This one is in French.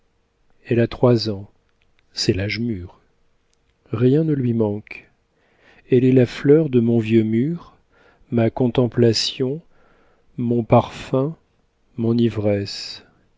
elle a trois ans c'est l'âge mûr rien ne lui manque elle est la fleur de mon vieux mur ma contemplation mon parfum mon ivresse